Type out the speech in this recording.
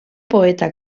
poeta